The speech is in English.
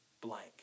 blank